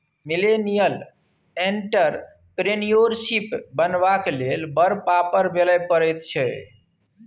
millennial entrepreneurship बनबाक लेल बड़ पापड़ बेलय पड़ैत छै